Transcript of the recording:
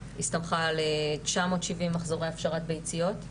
שהסתמכה על 970 מחזורי הפשרת ביציות,